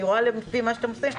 אני רואה לפי מה שאתם עושים,